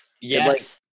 Yes